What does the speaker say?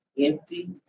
empty